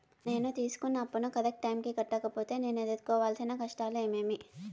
నేను తీసుకున్న అప్పును కరెక్టు టైముకి కట్టకపోతే నేను ఎదురుకోవాల్సిన కష్టాలు ఏమీమి?